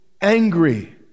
angry